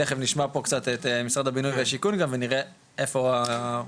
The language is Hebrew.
תיכף נשמע פה קצת את משרד הבינוי והשיכון גם ונראה איפה האתגרים,